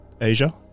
Asia